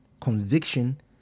Conviction